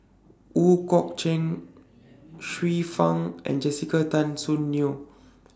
Ooi Kok Chuen Xiu Fang and Jessica Tan Soon Neo